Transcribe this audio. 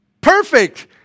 perfect